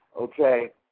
Okay